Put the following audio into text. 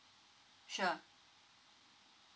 sure